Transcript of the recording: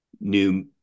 new